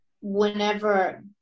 whenever